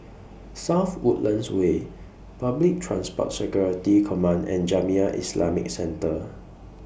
South Woodlands Way Public Transport Security Command and Jamiyah Islamic Centre